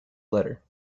letter